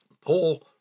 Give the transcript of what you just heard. Paul